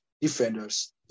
defenders